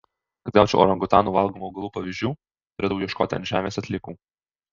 kad gaučiau orangutanų valgomų augalų pavyzdžių turėdavau ieškoti ant žemės atliekų